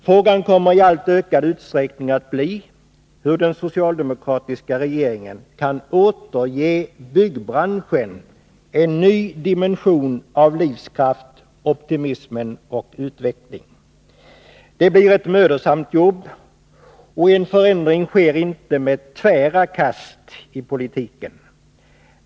Frågan kommer i alltmer ökad utsträckning att bli hur den socialdemokratiska regeringen kan återge byggbranschen en ny dimension av livskraft, optimism och utveckling. Det blir ett mödosamt jobb, och en förändring sker inte med tvära kast i politiken.